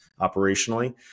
operationally